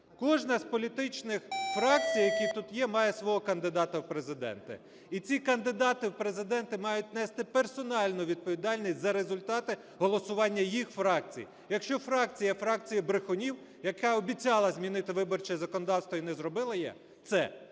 Кожна з політичних фракцій, які тут є, має свого кандидата в Президенти. І ці кандидати в Президенти мають нести персональну відповідальність за результати голосування їх фракцій. Якщо фракція – фракція брехунів, яка обіцяла змінити виборче законодавство і не зробила це, це